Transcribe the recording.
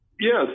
Yes